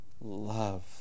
love